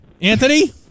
Anthony